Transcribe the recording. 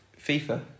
FIFA